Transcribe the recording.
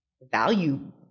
value